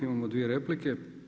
Imamo dvije replike.